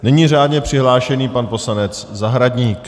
Nyní řádně přihlášený pan poslanec Zahradník.